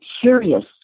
curious